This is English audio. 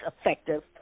effective